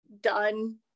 done